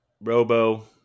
Robo